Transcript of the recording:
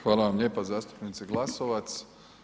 Hvala vam lijepa zastupnice Glasovac.